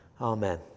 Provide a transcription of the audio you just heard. Amen